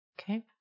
Okay